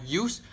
use